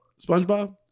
SpongeBob